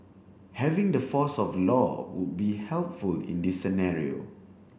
having the force of law would be helpful in this scenario